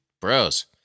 bros